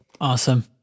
Awesome